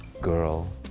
girl